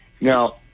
Now